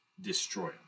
destroy